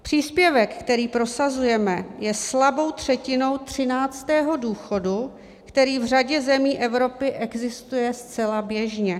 Příspěvek, který prosazujeme, je slabou třetinou třináctého důchodu, který v řadě zemí Evropy existuje zcela běžně.